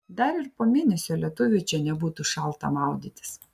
dar ir po mėnesio lietuviui čia nebūtų šalta maudytis